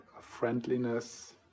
friendliness